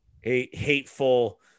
hateful